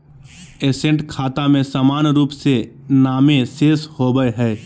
asset खाता में सामान्य रूप से नामे शेष होबय हइ